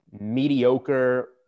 mediocre